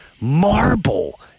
Marble